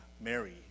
Mary